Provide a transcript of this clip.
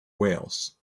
wales